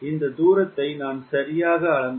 இந்த தூரத்தை நான் சரியாக அளந்தால்